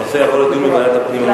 הנושא יעבור לדיון בוועדת הפנים.